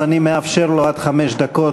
אז אני מאפשר לו עד חמש דקות.